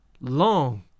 long